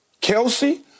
Kelsey